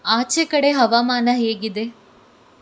ಆಚೆ ಕಡೆ ಹವಾಮಾನ ಹೇಗಿದೆ